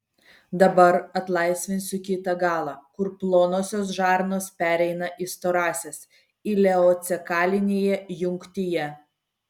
dabar atlaisvinsiu kitą galą kur plonosios žarnos pereina į storąsias ileocekalinėje jungtyje